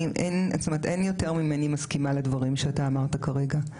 אין יותר ממני מסכימה לדברים שאתה אמרת כרגע.